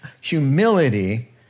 humility